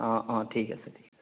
অ' অ' ঠিক আছে